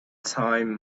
time